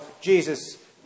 Jesus